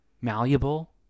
malleable